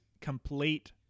complete